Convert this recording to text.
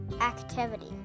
activity